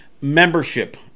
membership